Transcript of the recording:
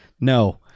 no